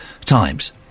times